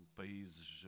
países